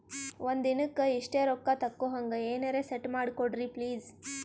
ಒಂದಿನಕ್ಕ ಇಷ್ಟೇ ರೊಕ್ಕ ತಕ್ಕೊಹಂಗ ಎನೆರೆ ಸೆಟ್ ಮಾಡಕೋಡ್ರಿ ಪ್ಲೀಜ್?